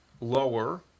lower